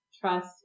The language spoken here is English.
trust